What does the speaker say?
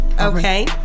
Okay